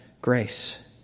grace